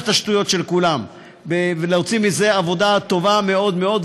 את השטויות של כולם ולהוציא מזה עבודה טובה מאוד מאוד,